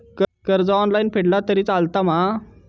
कर्ज ऑनलाइन फेडला तरी चलता मा?